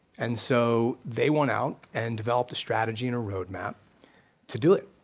and so they went out and developed a strategy and a roadmap to do it.